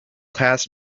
pass